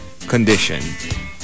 condition